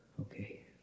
Okay